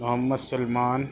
Muhammad Salman